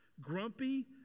Grumpy